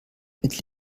mit